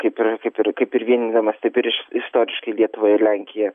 kaip ir kaip ir kaip ir vienydamas taip ir istoriškai lietuvą ir lenkiją